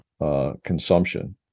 consumption